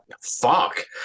fuck